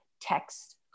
text